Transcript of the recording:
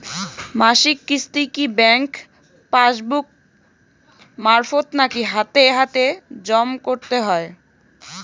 মাসিক কিস্তি কি ব্যাংক পাসবুক মারফত নাকি হাতে হাতেজম করতে হয়?